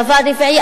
דבר רביעי,